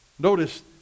Notice